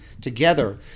together